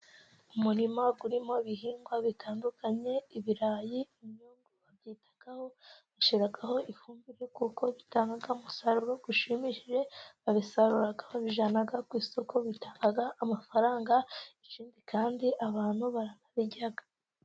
Umurima urimo ibihingwa bitandukanye， ibirayi，iyo babyitaho， bashyiraho ifumbire， kuko bitanga umusaruro bishimishije，babisarura babijyana ku isoko，bitanga amafaranga， ikindi kandi abantu barabirya.